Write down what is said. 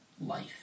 life